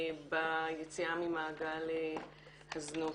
ביציאה ממעגל הזנות.